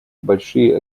большие